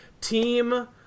Team